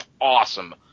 awesome